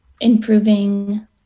improving